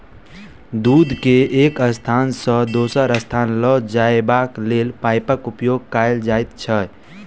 दूध के एक स्थान सॅ दोसर स्थान ल जयबाक लेल पाइपक उपयोग कयल जाइत छै